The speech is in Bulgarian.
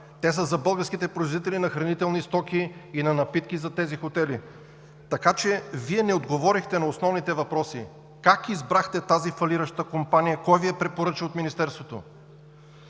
те са за българските производители на хранителни стоки и на напитки за тези хотели. Така че Вие не отговорихте на основните въпроси: как избрахте тази фалираща компания; кой Ви я препоръча от Министерството;